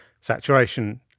saturation